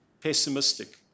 pessimistic